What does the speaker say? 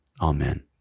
Amen